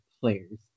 players